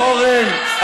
אורן,